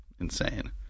insane